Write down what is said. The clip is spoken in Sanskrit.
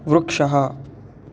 वृक्षः